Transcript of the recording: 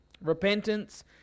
Repentance